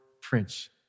prince